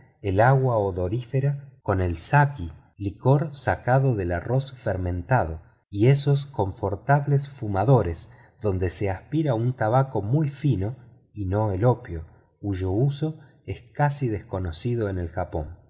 el agua odorífera con el sakí licor sacado del arroz fermentado y esos confortables fumaderos donde se aspira un tabaco muy fino y no por el opio cuyo uso es casi desconocido en el japón